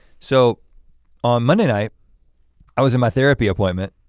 so on monday night i was in my therapy appointment,